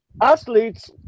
athletes